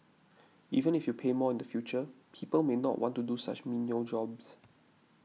even if you pay more in the future people may not want to do such menial jobs